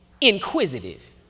Inquisitive